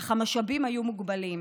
אך המשאבים היו מוגבלים.